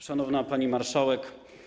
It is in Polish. Szanowna Pani Marszałek!